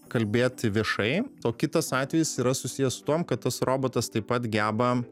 kalbėti viešai o kitas atvejis yra susijęs su tuom kad tas robotas taip pat geba